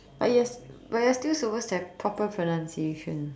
but you are you are still supposed to have proper pronunciations